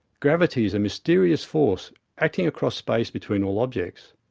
gravity is a mysterious force acting across space between all objects.